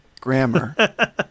grammar